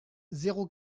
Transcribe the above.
zéro